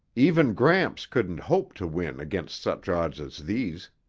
even gramps couldn't hope to win against such odds as these.